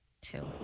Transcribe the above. Two